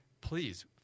Please